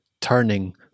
turning